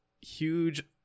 huge